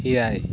ᱮᱭᱟᱭ